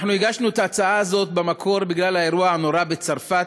אנחנו הגשנו את ההצעה הזאת במקור בגלל האירוע הנורא בצרפת: